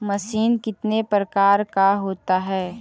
Machine कितने प्रकार का होता है?